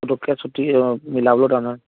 ফটককৈ ছুটী মিলাবলৈও টান হয়